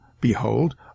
behold